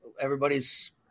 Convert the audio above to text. everybody's